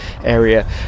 area